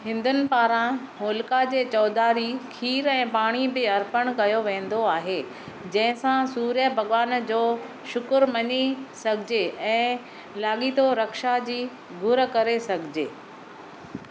हिन्दुनि पारां होलिका जे चौधारी खीरु ऐं पाणी बि अर्पणु कयो वेंदो आहे जंहिं सां सूर्य भॻिवान जो शुक्रु मञी सघिजे ऐं लाॻीतो रक्षा जी घुर करे सघिजे